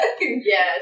Yes